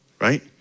Right